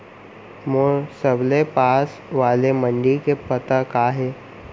मोर सबले पास वाले मण्डी के पता का हे?